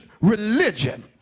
religion